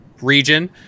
region